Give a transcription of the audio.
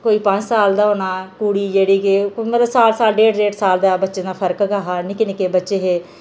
कोई पंज साल दा होना कुड़ी जेह्ड़ी के कोई मतलब साल साल डेढ डेढ साल दे बच्चे दा फर्क गै हा निक्के निक्के बच्चे हे